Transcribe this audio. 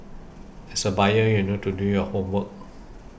as a buyer you need to do your homework